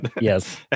Yes